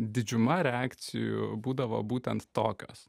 didžiuma reakcijų būdavo būtent tokios